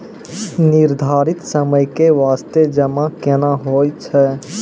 निर्धारित समय के बास्ते जमा केना होय छै?